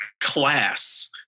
class